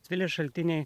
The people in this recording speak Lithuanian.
svilės šaltiniai